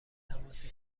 تماسی